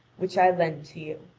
which i lend to you.